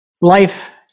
Life